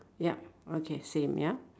yup okay same ya